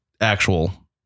actual